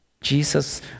jesus